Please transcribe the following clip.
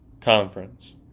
Conference